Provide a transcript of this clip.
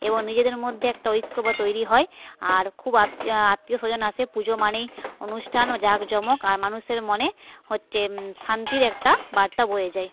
এবং নিজেদের মধ্যে একটা ঐক্যতা তৈরি হয় আর খুব আত্মীয়স্বজন আসে পুজো মানেই অনুষ্ঠান ও জাঁকজমক আর মানুষের মনে হচ্ছে শান্তির একটা বার্তা বয়ে যায়